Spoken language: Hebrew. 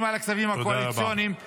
על הכספים הקואליציוניים -- תודה רבה.